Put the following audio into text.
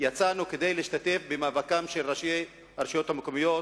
יצאנו כדי להשתתף במאבקם של ראשי הרשויות המקומיות